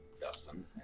Dustin